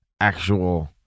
actual